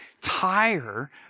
tire